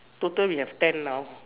total we have ten now